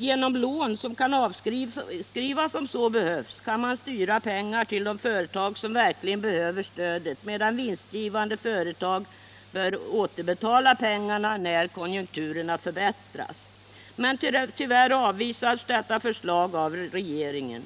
Genom lån, som kan avskrivas om så behövs, kan man styra pengar till de företag som verkligen behöver stödet, medan vinstgivande företag bör återbetala pengarna när konjunkturerna förbättrats. Men tyvärr avvisades detta förslag av regeringen.